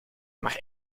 maar